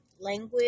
language